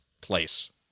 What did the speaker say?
place